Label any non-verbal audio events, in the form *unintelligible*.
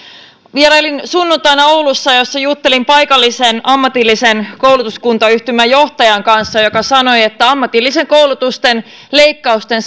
vierailin sunnuntaina oulussa jossa juttelin paikallisen ammatillisen koulutuskuntayhtymän johtajan kanssa joka sanoi että ammatillisen koulutuksen leikkausten *unintelligible*